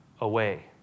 away